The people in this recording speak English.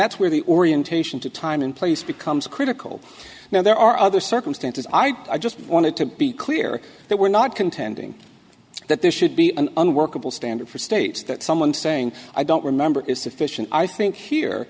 that's where the orientation to time and place becomes critical now there are other circumstances i just wanted to be clear that we're not contending that there should be an unworkable standard for states that someone saying i don't remember is sufficient i think here